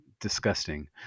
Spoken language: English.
disgusting